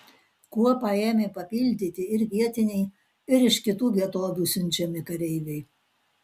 kuopą ėmė papildyti ir vietiniai ir iš kitų vietovių siunčiami kareiviai